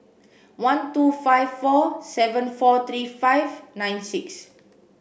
one two five four seven four three five nine six